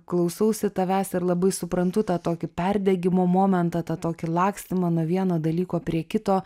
klausausi tavęs ir labai suprantu tą tokį perdegimo momentą tą tokį lakstymą nuo vieno dalyko prie kito